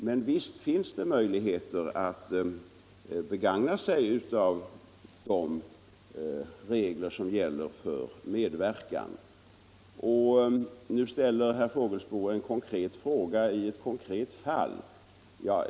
Men visst finns det möjligheter att här tillämpa de regler som gäller för medverkan. Nu ställer herr Fågelsbo en konkret fråga i ett reellt fall.